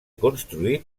construït